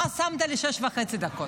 מה שמת לי שש וחצי דקות?